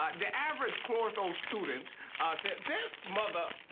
ah the average clortho student ah, say this mother